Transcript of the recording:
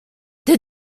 did